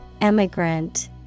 Emigrant